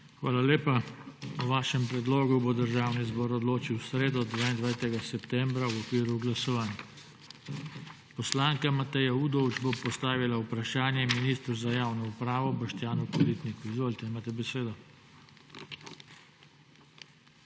Hvala lepa. O vašem predlogu bo Državni zbor odločil v sredo, 22. septembra, v okviru glasovanj. Poslanka Mateja Udovč bo postavila vprašanje ministru za javno upravo Boštjanu Koritniku. Izvolite, imate besedo.